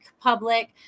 public